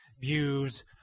views